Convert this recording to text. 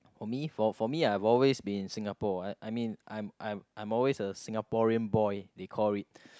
for me for for me I've always been in Singapore I I mean I'm I'm I'm always a Singaporean boy they call it